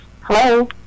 Hello